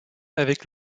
avec